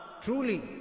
truly